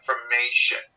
information